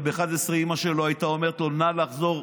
וב-11:00 אימא שלו הייתה אומרת לו: נא לחזור,